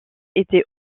était